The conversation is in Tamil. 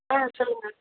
ஆ சொல்லுங்கள் மேம்